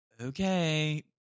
Okay